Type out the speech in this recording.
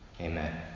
Amen